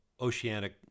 oceanic